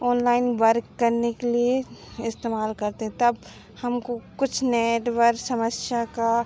online work करने के लिए इस्तेमाल करते तब हमको कुछ नेटवर्क समस्या का